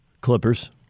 Clippers